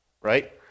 right